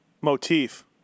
motif